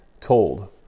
told